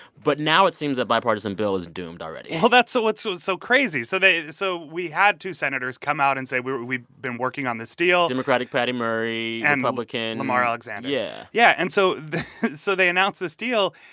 but now it seems that bipartisan bill is doomed already well, that's so what's so so crazy. so so we had two senators come out and say we've we've been working on this deal democratic patty murray and republican. lamar alexander yeah yeah. and so so they announced this deal.